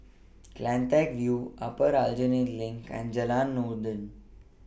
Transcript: CleanTech View Upper Aljunied LINK and Jalan Noordin